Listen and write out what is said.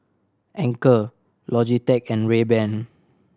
Anchor Logitech and Rayban